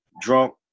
drunk